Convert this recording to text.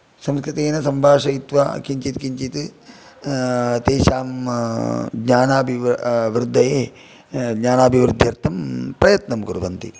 संस्कृतेन सम्भाषयित्त्वा किञ्चित् किञ्चित् तेषां ज्ञानाबिवृ वृद्धये ज्ञानाभिवृद्ध्यर्थं प्रयत्नं कुर्वन्ति